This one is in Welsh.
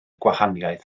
gwahaniaeth